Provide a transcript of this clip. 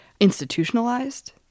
institutionalized